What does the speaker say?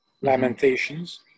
Lamentations